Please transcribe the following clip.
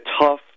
tough